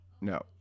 no